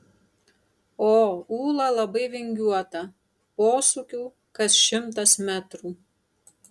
o ūla labai vingiuota posūkių kas šimtas metrų